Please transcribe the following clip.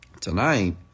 tonight